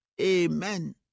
Amen